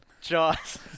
Jaws